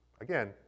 again